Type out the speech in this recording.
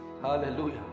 Hallelujah